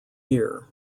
year